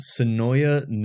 Sonoya